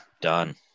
done